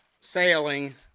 sailing